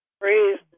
Praise